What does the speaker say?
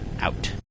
Out